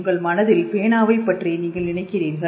உங்கள் மனதில் பேனாவை பற்றி நீங்கள் நினைக்கிறீர்கள்